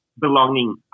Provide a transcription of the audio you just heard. belonging